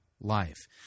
life